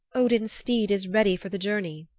odin's steed is ready for the journey.